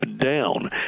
down